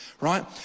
Right